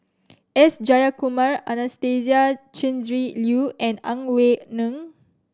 S Jayakumar Anastasia Tjendri Liew and Ang Wei Neng